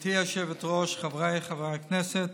גברתי היושבת-ראש, חבריי חברי הכנסת,